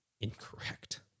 incorrect